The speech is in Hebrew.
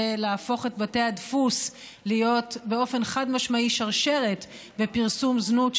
ולהפוך את בתי הדפוס להיות באופן חד-משמעי חלק מהשרשרת בפרסום זנות,